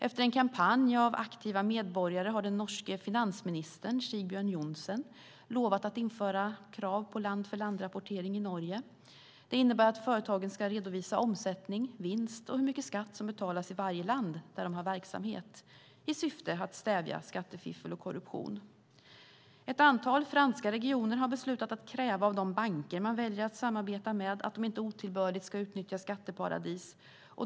Efter en kampanj av aktiva medborgare har den norske finansministern Sigbjørn Johnsen lovat att införa krav på land-för-land-rapportering i Norge. Det innebär att företagen ska redovisa omsättning, vinst och hur mycket skatt som betalas i varje land där de har verksamhet i syfte att stävja skattefiffel och korruption. Ett antal franska regioner har beslutat att kräva av de banker man väljer att samarbeta med att de inte otillbörligt ska utnyttja skatteparadis.